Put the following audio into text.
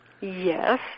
Yes